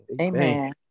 Amen